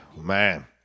man